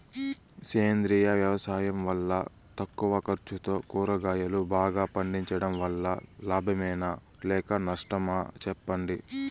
సేంద్రియ వ్యవసాయం వల్ల తక్కువ ఖర్చుతో కూరగాయలు బాగా పండించడం వల్ల లాభమేనా లేక నష్టమా సెప్పండి